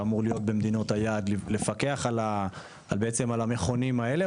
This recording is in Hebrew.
שאמור להיות במדינות היעד ולפקח על המכונים האלה?